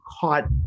caught